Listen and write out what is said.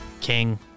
King